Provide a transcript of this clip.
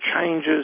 changes